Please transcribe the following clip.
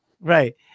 right